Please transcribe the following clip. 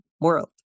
world